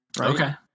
okay